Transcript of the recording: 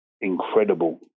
incredible